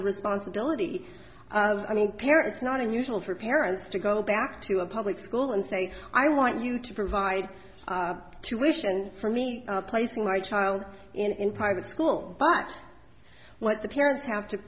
the responsibility i mean parents not unusual for parents to go back to a public school and say i want you to provide tuition for me placing my child in private school but what the parents have to